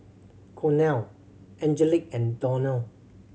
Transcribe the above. Cornel Angelic and Donell